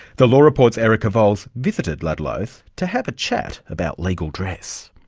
the law report's erica vowles visited ludlows to have a chat about legal dress.